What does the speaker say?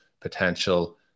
potential